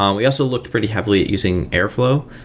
um we also looked pretty heavily at using airflow.